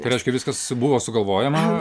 tai reiškia viskas buvo sugalvojama